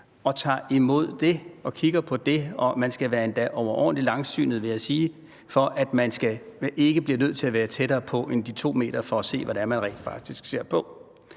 og tager imod det og kigger på det, og man skal, vil jeg sige, være endda overordentlig langsynet, for at man ikke bliver nødt til at være tættere på end de 2 meter for at se, hvad det rent faktisk er,